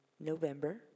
November